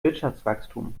wirtschaftswachstum